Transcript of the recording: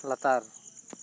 ᱞᱟᱛᱟᱨ